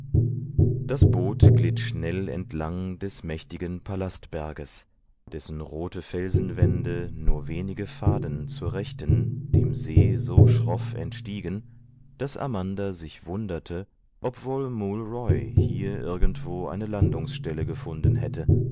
das boot glitt schnell entlang des mächtigen palastberges dessen rote felsenwände nur wenige faden zur rechten dem see so schroff entstiegen daß amanda sich wunderte ob wohl mool roy hier irgendwo eine landungsstelle gefunden hätte